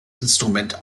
instrument